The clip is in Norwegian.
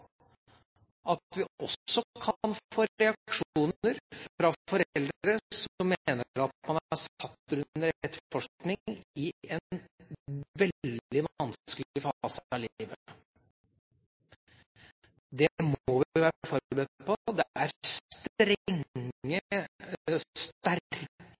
at vi også kan få reaksjoner fra foreldre som mener at man er satt under etterforskning i en veldig vanskelig fase i livet. Det må vi være forberedt på. Det er